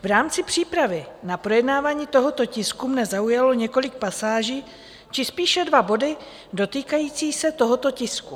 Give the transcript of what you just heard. V rámci přípravy na projednávání tohoto tisku mě zaujalo několik pasáží, či spíše dva body dotýkající se tohoto tisku.